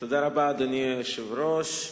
אדוני היושב-ראש,